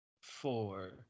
Four